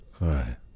Right